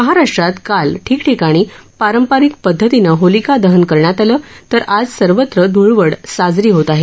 महाराष्ट्रात काल ठिकठिकाणी पारंपारिक पद्धतीनं होळी पेटवण्यात आली तर आज सर्वत्र धुळवड साजरी होत आहे